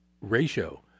ratio